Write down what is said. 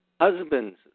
husbands